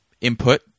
input